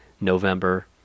November